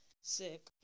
sick